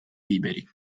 liberi